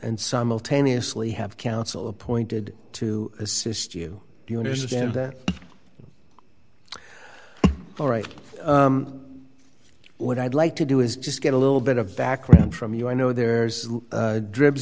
and simultaneously have counsel appointed to assist you you understand all right what i'd like to do is just get a little bit of background from you i know there's dribs